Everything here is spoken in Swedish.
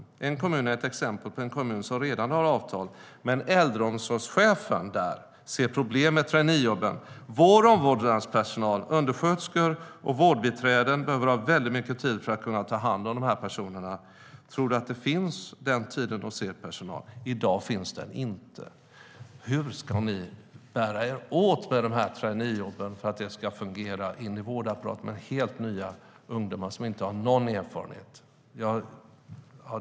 Ljusdals kommun är ett exempel på en kommun som redan har avtal, men äldreomsorgschefen där ser problem med traineejobben: Vår omvårdnadspersonal, undersköterskor och vårdbiträden, behöver ha väldigt mycket tid för att kunna ta hand om de här personerna. I dag finns den tiden inte hos vår personal. Hur ska ni bära er åt med de här traineejobben för att det ska fungera i vårdapparaten med helt nya ungdomar som inte har någon erfarenhet?